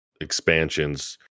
expansions